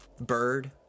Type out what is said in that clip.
bird